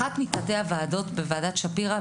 אחת מתתי הוועדות בוועדת שפירא,